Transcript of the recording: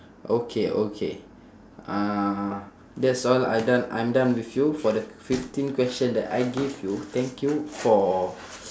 okay okay uh that's all I done I'm done with you for the fifteen question that I gave you thank you for